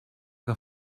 que